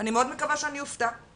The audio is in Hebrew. אני מאוד מקווה שאני אופתע,